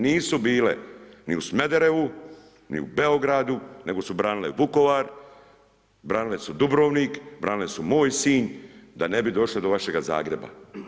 Nisu bile ni u Smederevu, ni u Beogradu, nego su branile su Vukovar, branile su Dubrovnik, branile su moj Sinj, da ne bi došlo do vašega Zagreba.